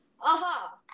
aha